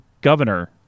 governor